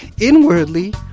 inwardly